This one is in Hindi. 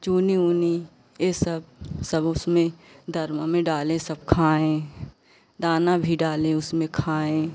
चूनी ऊनी ये सब सब उसमें दरबा में डालें सब खाएं दाना भी डालें उसमें खाएं